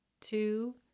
two